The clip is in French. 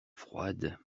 froide